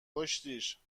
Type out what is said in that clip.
کشتیش